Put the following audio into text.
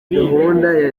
gahunda